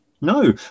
no